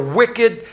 wicked